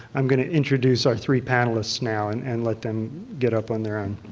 i'm gonna introduce our three panelists now and and let them get up on their own.